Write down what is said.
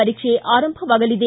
ಪರೀಕ್ಷೆ ಆರಂಭವಾಗಲಿದೆ